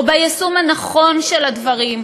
או ביישום הנכון של הדברים,